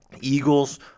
Eagles